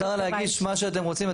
מותר להגיש מה שאתם רוצים,